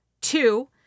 two